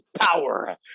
power